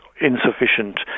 insufficient